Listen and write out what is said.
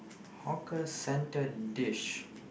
hawker centre dish